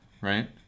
right